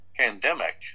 Pandemic